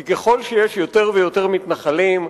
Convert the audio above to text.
כי ככל שיש יותר ויותר מתנחלים,